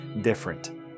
different